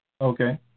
Okay